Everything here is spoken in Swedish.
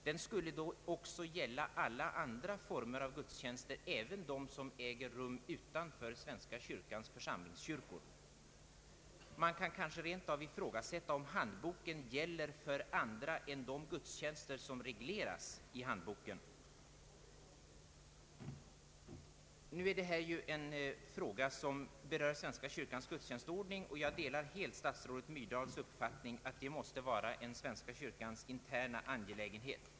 Den skulle då gälla också alla andra former av gudstjänster, även dem som äger rum utanför svenska kyrkans församlingskyrkor. Man kanske rentav kan ifrågasätta om handboken gäller för andra än de gudstjänster som regleras i handboken. Detta är ju en fråga som berör svenska kyrkans gudstjänstordning, och jag delar helt statsrådet Myrdals uppfattning att det måste vara en svenska kyrkans interna angelägenhet.